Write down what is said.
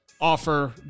offer